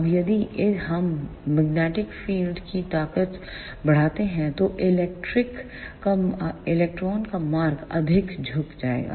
अब यदि हम मैग्नेटिक फील्ड magnetic field की ताकत बढ़ाते हैं तो इलेक्ट्रॉन का मार्ग अधिक झुक जाएगा